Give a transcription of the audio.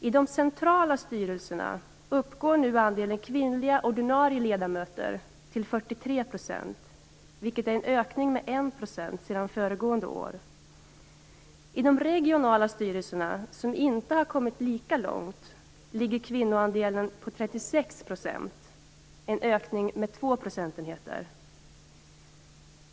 I de centrala styrelserna uppgår nu andelen kvinnliga ordinarie ledamöter till 43 %, vilket är en ökning med en procentenhet sedan föregående år. I de regionala styrelserna, som inte har kommit lika långt, ligger kvinnoandelen på 36 %, en ökning med två procentenheter.